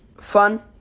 Fun